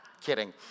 Kidding